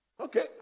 Okay